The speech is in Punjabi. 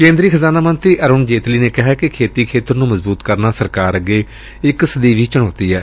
ਕੇਂਦਰੀ ਖਜ਼ਾਨਾ ਮੰਤਰੀ ਅਰੁਣ ਜੇਤਲੀ ਨੇ ਕਿਹੈ ਕਿ ਖੇਤੀ ਖੇਤਰ ਨੂੰ ਮਜ਼ਬੂਤ ਕਰਨਾ ਸਰਕਾਰ ਅੱਗੇ ਇਕ ਸਦੀਵੀ ਚੁਣੌਤੀ ਏ